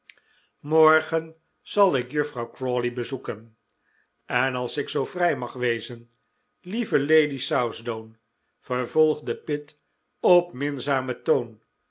morgen zal ik juffrouw crawley bezoeken en als ik zoo vrij mag wezen lieve lady southdown vervolgde pitt op minzamen toon